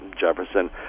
Jefferson